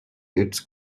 its